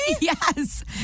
Yes